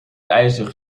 ijzer